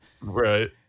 Right